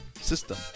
system